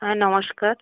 হ্যাঁ নমস্কার